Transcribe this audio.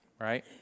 right